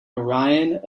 orion